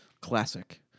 Classic